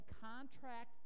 contract